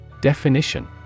Definition